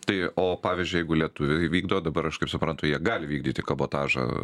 tai o pavyzdžiui jeigu lietuviai įvykdo dabar aš kaip suprantu jie gali vykdyti kabotažą